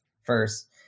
first